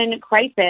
crisis